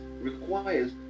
requires